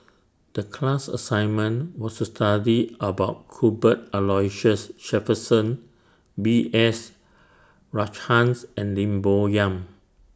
The class assignment was to study about Cuthbert Aloysius Shepherdson B S Rajhans and Lim Bo Yam